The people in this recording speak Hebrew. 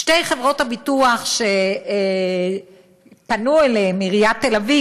שתי חברות הביטוח שפנו אליהן מעיריית תל אביב